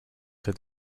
had